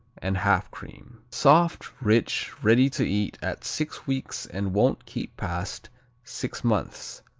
and half cream. soft rich ready to eat at six weeks and won't keep past six months.